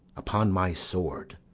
upon my sword.